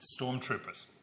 stormtroopers